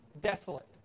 desolate